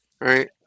right